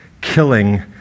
killing